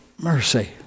mercy